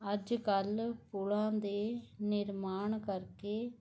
ਅੱਜ ਕੱਲ੍ਹ ਪੁਲਾਂ ਦੇ ਨਿਰਮਾਣ ਕਰਕੇ